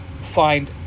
find